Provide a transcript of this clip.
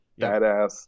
badass